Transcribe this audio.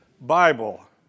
Bible